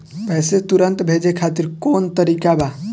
पैसे तुरंत भेजे खातिर कौन तरीका बा?